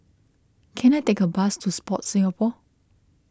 can I take a bus to Sport Singapore